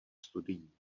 studií